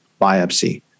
biopsy